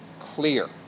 clear